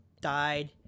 died